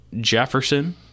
Jefferson-